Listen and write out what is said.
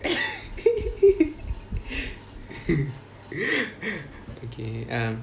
okay um